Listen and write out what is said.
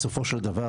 בסופו של דבר,